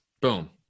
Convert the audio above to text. Boom